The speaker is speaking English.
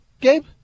Gabe